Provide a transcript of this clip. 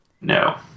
No